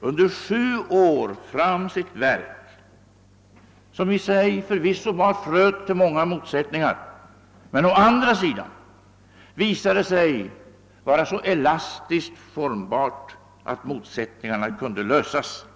under sju år fram sitt verk, som i sig förvisso bar fröet till många motsättningar men som å andra sidan visade sig vara så elastiskt formbart, att motsättningarna kunnat lösas.